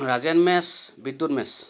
Rajen Mech Bidyut match